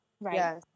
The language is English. Right